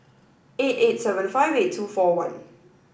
eight eight seven five eight two four one